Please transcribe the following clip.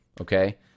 okay